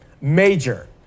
major